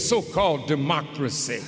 so called democracy